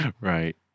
Right